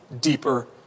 deeper